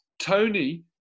Tony